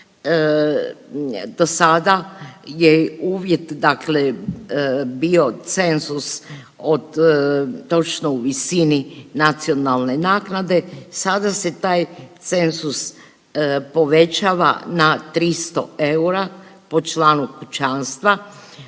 do sada je uvjet dakle bio cenzus od, točno u visini nacionalne naknade, sada se taj cenzus povećava na 300 eura po članu kućanstva,